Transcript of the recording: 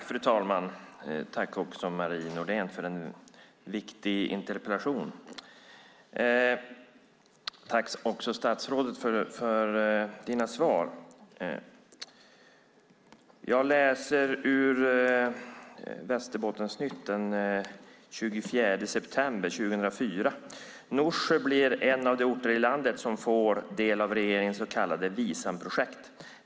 Fru talman! Tack, Marie Nordén, för en viktig interpellation, och tack, statsrådet, för svaren! Jag läser i Nyheter P4 Västerbotten den 24 september 2004 följande: "Norsjö blir en av de orter i landet som får del av regeringens så kallade VISAM-projektet.